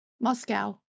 Moscow